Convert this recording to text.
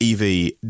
EV